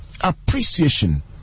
appreciation